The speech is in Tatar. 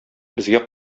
безгә